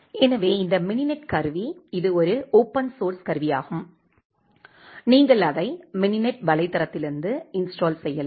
எனவே இந்த மினினெட் கருவி இது ஒரு ஓபன் சோர்ஸ் கருவியாகும் நீங்கள் அதை மினினெட் வலைத்தளத்திலிருந்து இன்ஸ்டால் செய்யலாம்